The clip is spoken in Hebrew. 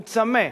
הוא צמא,